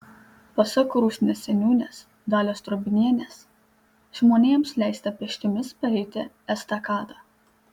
pasak rusnės seniūnės dalios drobnienės žmonėms leista pėsčiomis pereiti estakadą